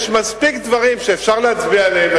יש מספיק דברים שאפשר להצביע עליהם,